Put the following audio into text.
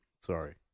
Sorry